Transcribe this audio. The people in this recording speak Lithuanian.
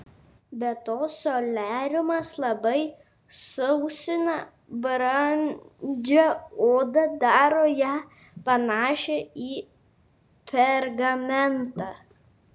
be to soliariumas labai sausina brandžią odą daro ją panašią į pergamentą